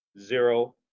zero